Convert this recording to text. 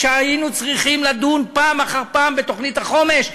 כשהיינו צריכים לדון פעם אחר פעם בתוכנית החומש,